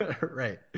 Right